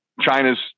China's